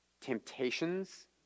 temptations